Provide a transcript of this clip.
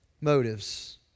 motives